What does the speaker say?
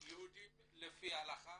יהודים לפי ההלכה,